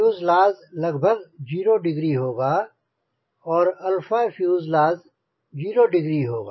fuselage लगभग 0 degree होगा और 𝛼fuselage0 डिग्री होगा